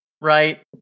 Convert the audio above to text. right